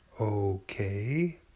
okay